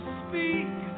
speak